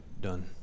done